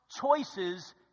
choices